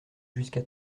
jusqu’à